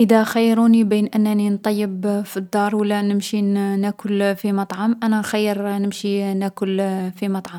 ﻿إذا خيروني بين انني نطيب في الدار ولا نمشي ناكل في مطعم، أنا نخير نمشي ناكل في المطعم.